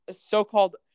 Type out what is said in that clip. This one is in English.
so-called